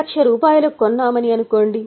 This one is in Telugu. లక్ష కు కొన్నామని అనుకోండి